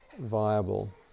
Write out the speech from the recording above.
viable